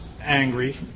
angry